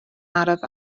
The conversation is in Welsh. araf